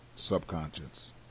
Subconscious